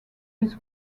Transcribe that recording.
his